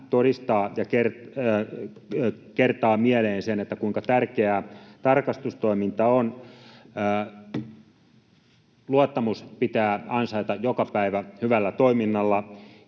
todistaa ja kertaa mieleen sen, kuinka tärkeää tarkastustoiminta on. Luottamus pitää ansaita joka päivä hyvällä toiminnalla,